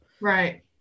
right